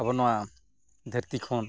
ᱟᱵᱚ ᱱᱚᱣᱟ ᱫᱷᱟᱹᱨᱛᱤ ᱠᱷᱚᱱ